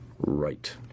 right